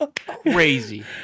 crazy